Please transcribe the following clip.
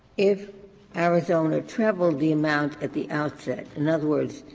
if arizona trebled the amount at the outset? in other words,